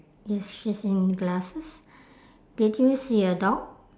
yes she's in glasses did you see a dog